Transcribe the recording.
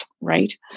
right